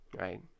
right